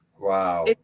Wow